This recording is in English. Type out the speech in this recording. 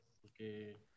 Porque